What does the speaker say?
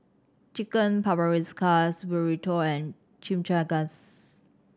Chicken Paprikas Burrito and Chimichangas